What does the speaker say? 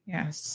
Yes